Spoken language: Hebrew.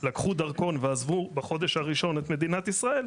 לקחו דרכון ועזבו בחודש הראשון את מדינת ישראל,